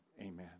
Amen